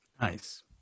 Nice